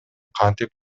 кантип